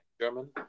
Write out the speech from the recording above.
German